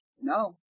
no